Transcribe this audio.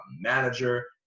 manager